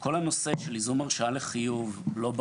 לא ברור לנו איך הנושא של ייזום הרשאה לחיוב יעבוד;